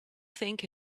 think